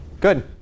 Good